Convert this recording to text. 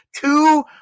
two